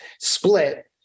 split